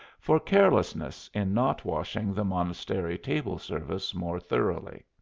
for carelessness in not washing the monastery table-service more thoroughly.